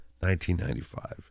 1995